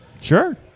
Sure